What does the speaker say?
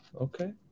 Okay